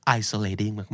isolating